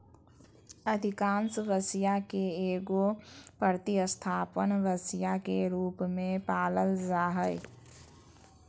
अधिकांश बछिया के एगो प्रतिस्थापन बछिया के रूप में पालल जा हइ